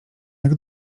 jak